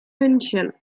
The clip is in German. münchen